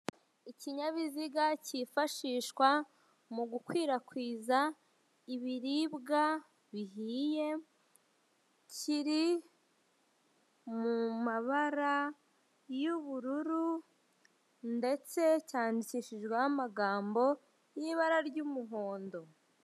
Ikinyabiziga kifashishwa mu gukwirakwiza ibiribwa bihiye kiri mu mabara y'ubururu ndetse cyandikishijweho amagambo y'ibara ry'umuhondo.